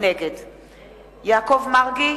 נגד יעקב מרגי,